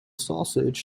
sausage